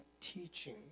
teaching